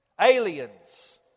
Aliens